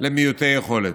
למעוטי היכולת.